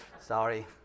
Sorry